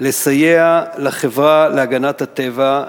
לסייע לחברה להגנת הטבע,